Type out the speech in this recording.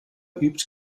übt